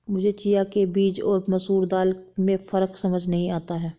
मुझे चिया के बीज और मसूर दाल में फ़र्क समझ नही आता है